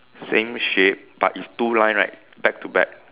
same shape but it's two line right back to back